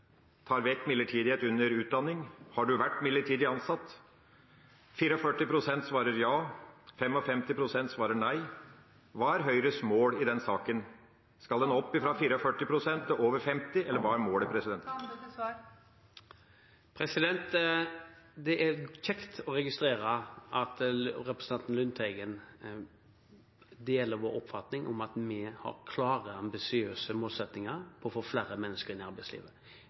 tar vekk midlertidighet under utdanning: Har du vært midlertidig ansatt? 44 pst. svarer ja, 55 pst. svarer nei. Hva er Høyres mål i den saken? Skal den opp fra 44 pst. til over 50 pst., eller hva er målet? Det er kjekt å registrere at representanten Lundteigen deler vår oppfatning om at vi har klare, ambisiøse målsettinger om å få flere mennesker inn i arbeidslivet.